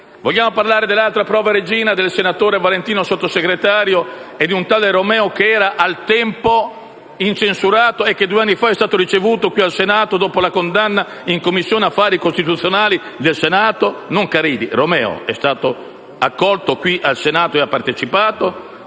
Vogliamo parlare dell'altra prova regina del senatore e sottosegretario Valentino e di un tale Romeo che era, al tempo, incensurato e che due anni fa è stato ricevuto qui in Senato, dopo la condanna, in Commissione affari costituzionali (non Caridi, Romeo è stato accolto qui al Senato ed ha partecipato)?